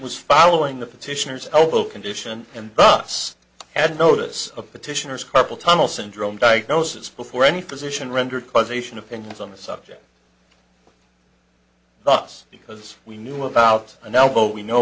was following the petitioner's elbow condition and bus had notice a petitioner's carpal tunnel syndrome diagnosis before any physician rendered causation opinions on the subject thus because we knew about an elbow we know